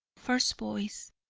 first voice